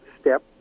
step